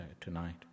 tonight